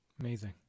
Amazing